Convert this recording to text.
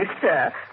sir